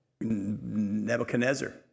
Nebuchadnezzar